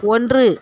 ஒன்று